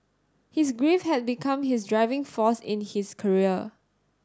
his grief had become his driving force in his career